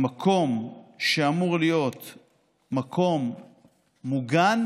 המקום שאמור להיות מקום מוגן